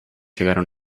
llegaron